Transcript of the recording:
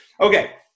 Okay